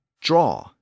draw